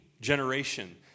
generation